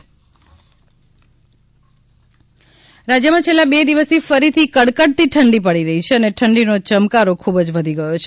હવામાન રાજ્યમાં છેલ્લા બે દિવસથી ફરીથી કડકડતી ઠંડી પડી રહી છે અને ઠંડીનો યમકારો ખૂબ જ વધી ગયો છે